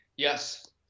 Yes